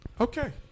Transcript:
Okay